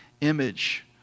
Image